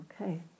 Okay